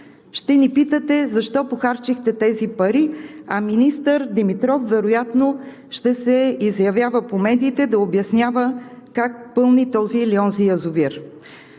ще ни питате защо похарчихте тези пари. А министър Димитров вероятно ще се изявява по медиите да обяснява как пълни този или онзи язовир.